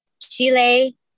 Chile